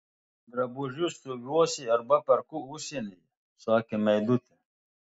drabužius siuvuosi arba perku užsienyje sakė meidutė